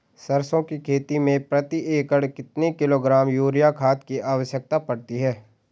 सरसों की खेती में प्रति एकड़ कितने किलोग्राम यूरिया खाद की आवश्यकता पड़ती है?